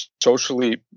socially